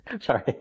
Sorry